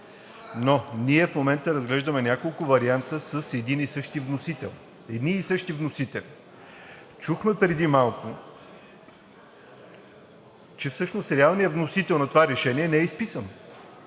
Но ние в момента разглеждаме няколко варианта с едни и същи вносители. Чухме преди малко, че всъщност реалният вносител на това решение не е изписан,